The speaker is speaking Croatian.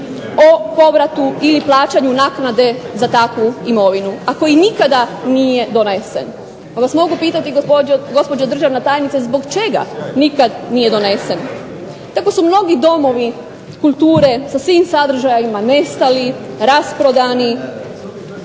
o povratu ili plaćanju naknade za takvu imovinu, a koji nikada nije donesen. Pa vas mogu pitati gospođo državna tajnice zbog čega nikad nije donesen? Tako su mnogi domovi kulture sa svim sadržajima nestali, rasprodani,